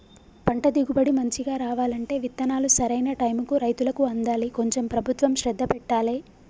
పంట దిగుబడి మంచిగా రావాలంటే విత్తనాలు సరైన టైముకు రైతులకు అందాలి కొంచెం ప్రభుత్వం శ్రద్ధ పెట్టాలె